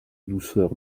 douceur